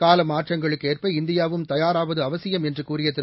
காலமாற்றங்களுக்கு ஏற்ப இந்தியாவும் தயாராவது அவசியம் என்று கூறிய திரு